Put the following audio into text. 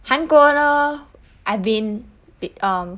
韩国呢 I've been um